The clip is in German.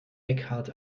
eckhart